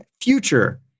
Future